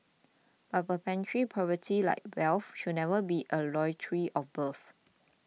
a perpetual poverty like wealth should never be a lottery of birth